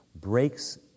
breaks